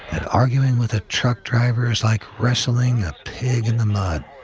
and arguing with a truck driver is like wrestling a pig in the mud.